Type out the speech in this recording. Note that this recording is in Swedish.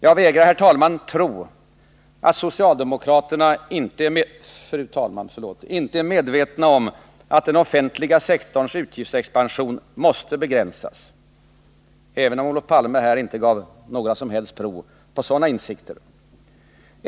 Jag vägrar, fru talman, tro att socialdemokraterna inte är medvetna om att den offentliga sektorns utgiftsexpansion måste begränsas — även om Olof Palme här inte gav några som helst prov på sådana insikter.